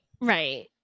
right